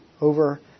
over